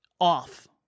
off